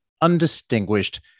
undistinguished